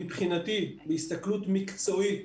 מבחינתי, בהסתכלות מקצועית